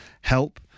help